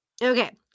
Okay